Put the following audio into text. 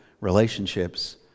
relationships